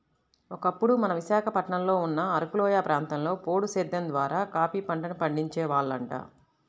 ఒకప్పుడు మన విశాఖపట్నంలో ఉన్న అరకులోయ ప్రాంతంలో పోడు సేద్దెం ద్వారా కాపీ పంటను పండించే వాళ్లంట